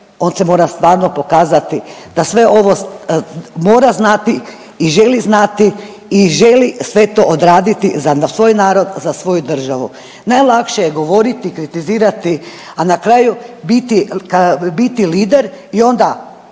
on se mora stvarno pokazati da sve ovo mora znati i želi znati i želi sve to odraditi za na svoj narod, za svoju državu. Najlakše je govoriti, kritizirati, a na kraju biti, biti lider i onda